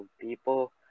people